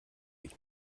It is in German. ich